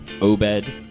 Obed